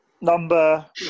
Number